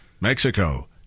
Mexico